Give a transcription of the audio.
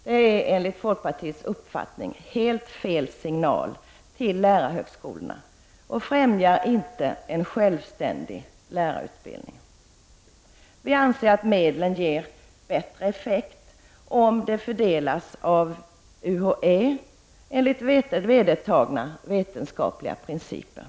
Detta medför enligt folkpartiets uppfattning helt fel signal till lärarhögskolorna, och det främjar inte en självständig lärarutbildning. Vi anser att medlen ger bättre effekt om de fördelas av UHÄ enligt vedertagna vetenskapliga principer.